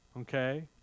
Okay